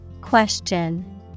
Question